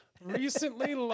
recently